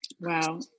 Wow